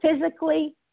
physically